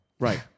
Right